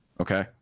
okay